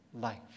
life